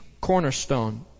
cornerstone